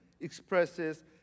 expresses